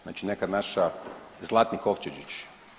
Znači neka naša, zlatni kovčežić.